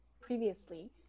previously